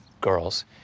girls